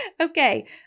Okay